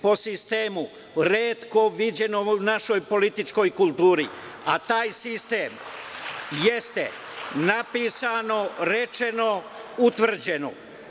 Po sistemu retko viđenog u našoj političkoj kulturi, a taj sistem jeste napisano, rečeno, utvrđeno.